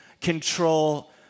control